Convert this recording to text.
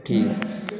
ठीक